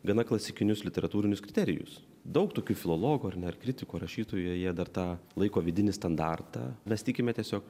gana klasikinius literatūrinius kriterijus daug tokių filologų ar ne ar kritikų ar rašytojų jie dar tą laiko vidinį standartą mąstykime tiesiog